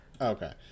Okay